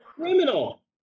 criminal